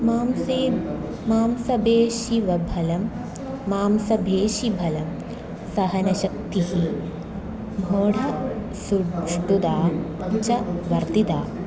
मांसे मांसे भेषजफलं मांसभेषजभलं सहनशक्तिः च वर्धिता